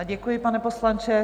Děkuji, pane poslanče.